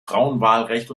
frauenwahlrecht